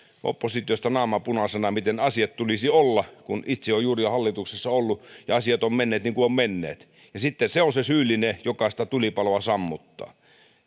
oppositiosta naama punaisena miten asioiden tulisi olla kun itse on juuri hallituksessa ollut ja asiat ovat menneet niin kuin ovat menneet ja sitten se on se syyllinen joka sitä tulipaloa sammuttaa